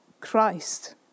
Christ